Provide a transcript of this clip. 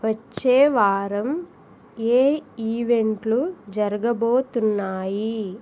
వచ్చే వారం ఏ ఈవెంట్లు జరగబోతున్నాయి